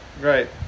Right